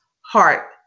Heart